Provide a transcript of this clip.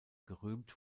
gerühmt